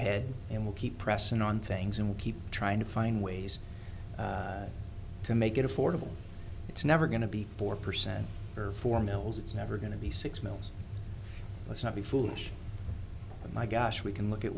ahead and we'll keep pressing on things and keep trying to find ways to make it affordable it's never going to be four percent or four mils it's never going to be six miles let's not be foolish and my gosh we can look at